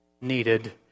needed